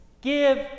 Give